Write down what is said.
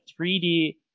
3D